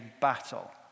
battle